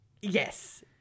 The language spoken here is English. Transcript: Yes